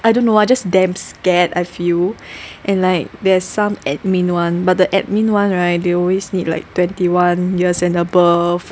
I don't know I just damn scared I feel and like there are some admin [one] but the admin [one] right they always need like twenty one years and above